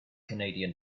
canadian